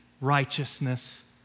righteousness